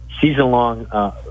season-long –